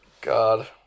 God